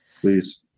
Please